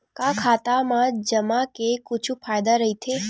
का खाता मा जमा के कुछु फ़ायदा राइथे?